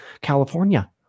California